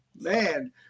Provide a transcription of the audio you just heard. man